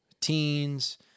teens